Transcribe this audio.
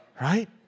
Right